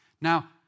Now